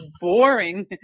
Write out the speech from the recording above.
boring